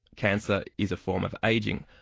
cancer is a form of ageing.